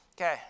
Okay